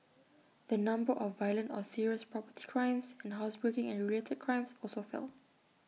the number of violent or serious property crimes and housebreaking and related crimes also fell